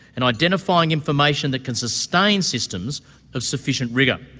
and identifying information that can sustain systems of sufficient rigour.